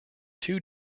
two